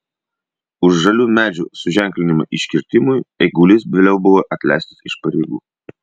už žalių medžių suženklinimą iškirtimui eigulys vėliau buvo atleistas iš pareigų